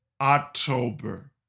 October